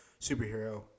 superhero